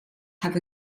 have